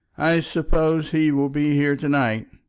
i suppose he will be here to-night?